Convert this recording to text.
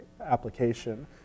application